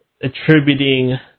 Attributing